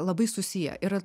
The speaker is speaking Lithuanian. labai susiję yra